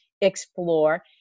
explore